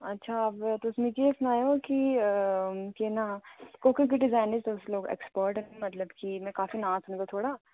अच्छा तुस मिकी एह् सनाएओ कि केह् नांऽ कोह्के कोह्के डिजाइनर च तुस एक्सपर्ट ओ मतलब कि में बड़ा नांऽ सुने दा थोआड़ा